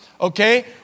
okay